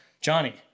Johnny